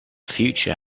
future